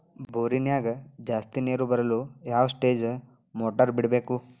ಬೋರಿನ್ಯಾಗ ಜಾಸ್ತಿ ನೇರು ಬರಲು ಯಾವ ಸ್ಟೇಜ್ ಮೋಟಾರ್ ಬಿಡಬೇಕು?